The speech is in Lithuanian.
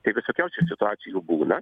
tai visokiausių situacijų būna